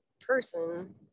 person